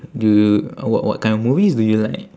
do you what what kind of movies do you like